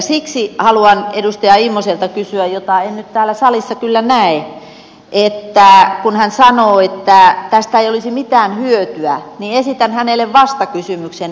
siksi haluan edustaja immoselta kysyä jota en nyt täällä salissa kyllä näe kun hän sanoo että tästä ei olisi mitään hyötyä esitän hänelle vastakysymyksen